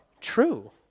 true